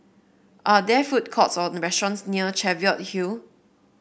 are there food courts or restaurants near Cheviot Hill